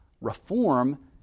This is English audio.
reform